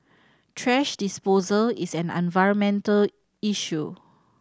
thrash disposal is an environmental issue